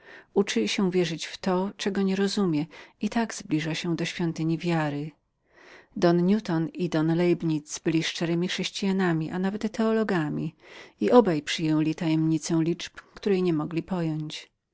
uczy się wierzyć w to czego nierozumie i tak zbliża się do świątyni wiary don newton i don leibnitz byli prawowiernymi chrześcijanami a nawet teologami obaj jednak przyjęli tajemnicę liczb chociaż nie mogli jej pojąć